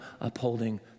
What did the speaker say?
upholding